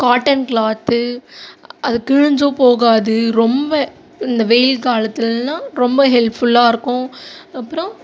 cotton cloth அது கிழிஞ்சும் போகாது ரொம்ப இந்த வெயில் காலத்துலெல்லாம் ரொம்ப ஹெல்ப்ஃபுல்லாக இருக்கும் அப்புறம்